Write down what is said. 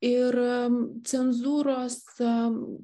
ir jam cenzūros